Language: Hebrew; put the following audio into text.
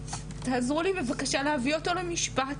תעזרו לי בבקשה להביא אותו למשפט